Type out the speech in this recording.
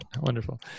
Wonderful